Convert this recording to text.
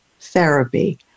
therapy